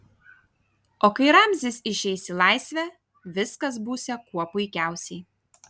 o kai ramzis išeis į laisvę viskas būsią kuo puikiausiai